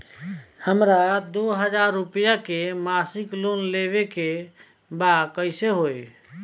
हमरा दो हज़ार रुपया के मासिक लोन लेवे के बा कइसे होई?